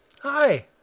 Hi